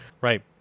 Right